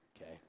Okay